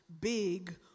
big